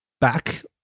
back